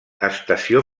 estació